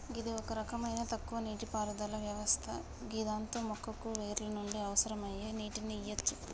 గిది ఒక రకమైన తక్కువ నీటిపారుదల వ్యవస్థ గిదాంతో మొక్కకు వేర్ల నుండి అవసరమయ్యే నీటిని ఇయ్యవచ్చు